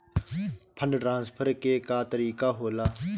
Fund transfer के का तरीका होला?